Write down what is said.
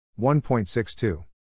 1.62